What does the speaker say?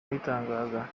abitangaza